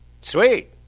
Sweet